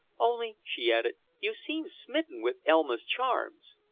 only, she added, you seem smitten with elma's charms.